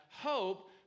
hope